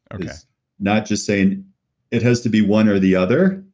um yeah not just saying it has to be one or the other,